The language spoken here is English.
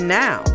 now